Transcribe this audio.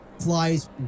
flies